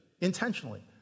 intentionally